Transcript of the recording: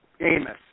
Amos